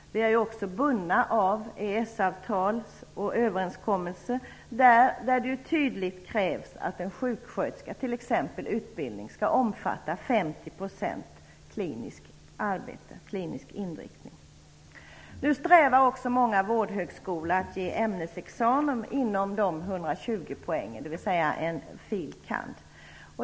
Vi är också bundna av EES-avtalet och överenskommelser, där det tydligt krävs att t.ex. en sjuksköterskas utbildning skall ha 50 % Nu strävar också många vårdhögskolor efter att ge ämnesexamen inom de 120 poängen, dvs. en fil. kand.